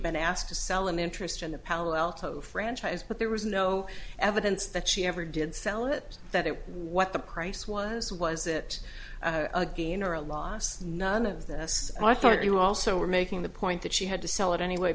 been asked to sell an interest in the palo alto franchise but there was no evidence that she ever did sell it that it what the price was was it again or a loss none of this i thought you also were making the point that she had to sell it anyway